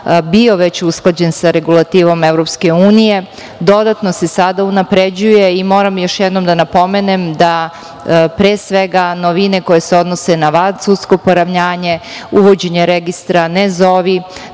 bio već usklađen sa regulativom EU, dodatno se sada unapređuje i moram još jednom da napomenem da novine koje se odnose na vansudsko poravnanje, uvođenje registra "Ne